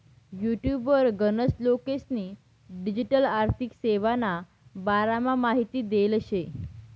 युटुबवर गनच लोकेस्नी डिजीटल आर्थिक सेवाना बारामा माहिती देल शे